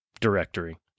directory